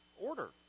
order